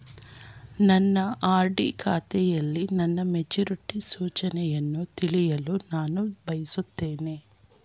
ನನ್ನ ಆರ್.ಡಿ ಖಾತೆಯಲ್ಲಿ ನನ್ನ ಮೆಚುರಿಟಿ ಸೂಚನೆಯನ್ನು ತಿಳಿಯಲು ನಾನು ಬಯಸುತ್ತೇನೆ